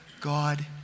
God